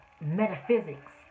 metaphysics